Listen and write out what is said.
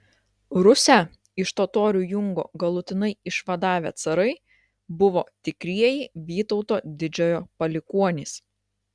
rusią iš totorių jungo galutinai išvadavę carai buvo tikrieji vytauto didžiojo palikuonys